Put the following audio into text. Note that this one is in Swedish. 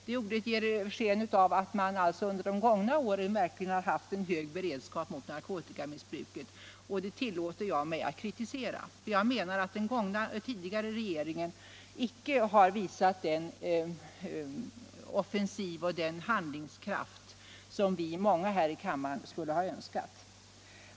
Det ordet ger sken av att man under de gångna åren haft en hög beredskap mot narkotikamissbruket, och den uppfattningen tillåter jag mig att kritisera. Jag menar att den tidigare regeringen inte har varit så offensiv och handlingskraftig som många här i kammaren skulle ha önskat.